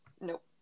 nope